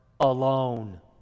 alone